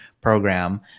program